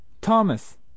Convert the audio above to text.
Thomas